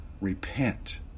repent